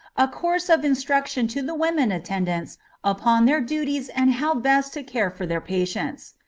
a course of instruction to the women attendants upon their duties and how best to care for their patients.